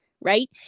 right